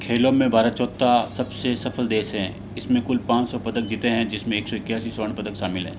खेलों मे भारत चौथा सबसे सफल देश है इसने कुल पाँच सौ पदल जीते है जिसमे एक सौ इक्यासी स्वर्ण पदक शामिल हैं